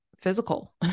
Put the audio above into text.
physical